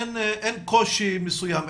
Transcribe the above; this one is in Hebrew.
אין קושי מסוים,